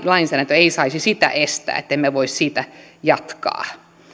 lainsäädäntö ei saisi sitä estää niin että emme voisi sitä työtä jatkaa